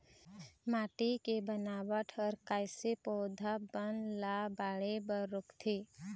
माटी के बनावट हर कइसे पौधा बन ला बाढ़े बर रोकथे?